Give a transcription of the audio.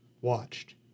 Watched